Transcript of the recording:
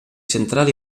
central